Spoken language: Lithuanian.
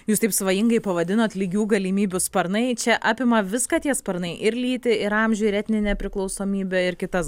jūs taip svajingai pavadinot lygių galimybių sparnai čia apima viską tie sparnai ir lytį ir amžių ir etninę priklausomybę ir kitas